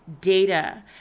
data